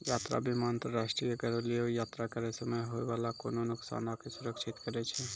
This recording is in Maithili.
यात्रा बीमा अंतरराष्ट्रीय या घरेलु यात्रा करै समय होय बाला कोनो नुकसानो के सुरक्षित करै छै